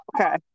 okay